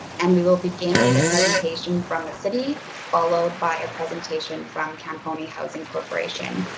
and we will begin with the presentation from the city, followed by a presentation from camponi housing corporation.